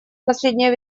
последнее